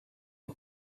une